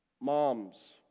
moms